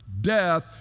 death